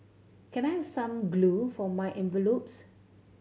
can I have some glue for my envelopes